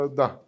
da